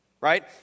right